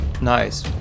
Nice